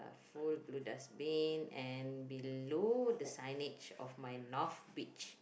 full blue dustbin and below the signage of my north beach